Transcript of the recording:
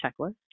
checklist